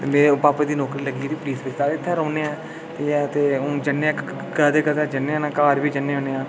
मेरे भापे दी नौकरी लग्गी दी पलीस बिच तां अस इत्थै रौह्न्ने आं ते एह् ऐ ते हून जन्ने आं कदें कदें जन्ने होन्ने आं घर बी जन्ने होने आं